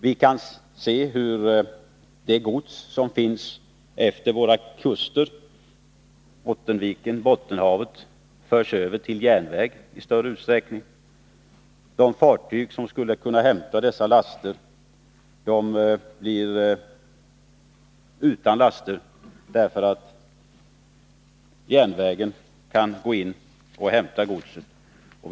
Vi kan se hur det gods som finns utefter våra kuster — Bottenviken, Bottenhavet och ostkusten — i allt större utsträckning förs över till järnvägen. De fartyg som skulle kunna hämta detta gods blir utan last. Vi vet att järnvägen inte är lönsam i Sverige.